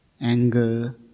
anger